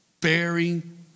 bearing